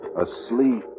Asleep